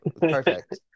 perfect